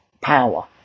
power